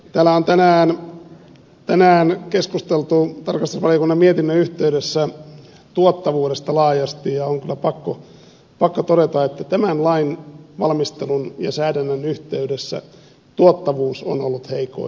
täällä on tänään keskusteltu tarkastusvaliokunnan mietinnön yhteydessä tuottavuudesta laajasti ja on kyllä pakko todeta että tämän lain valmistelun ja säädännän yhteydessä tuottavuus on ollut heikoimmillaan